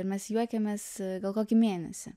ir mes juokiamės gal kokį mėnesį